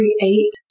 create